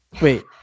Wait